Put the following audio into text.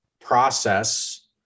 process